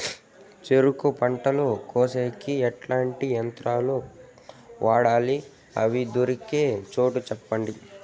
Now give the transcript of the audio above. చెరుకు పంట కోసేకి ఎట్లాంటి యంత్రాలు వాడాలి? అవి దొరికే చోటు చెప్పండి?